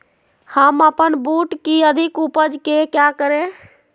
हम अपन बूट की अधिक उपज के क्या करे?